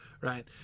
right